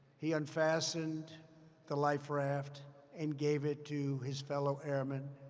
he unfastened the life raft and gave it to his fellow airmen.